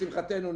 לשמחתנו,